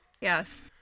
Yes